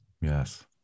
Yes